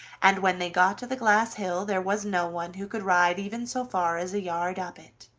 and when they got to the glass hill there was no one who could ride even so far as a yard up it,